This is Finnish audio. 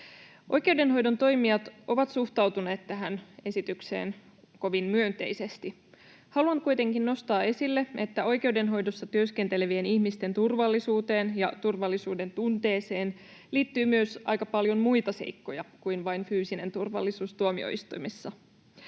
Oikeudenhoidon toimijat ovat suhtautuneet tähän esitykseen kovin myönteisesti. Haluan kuitenkin nostaa esille, että oikeudenhoidossa työskentelevien ihmisten turvallisuuteen ja turvallisuudentunteeseen liittyy aika paljon myös muita seikkoja kuin vain fyysinen turvallisuus tuomioistuimissa.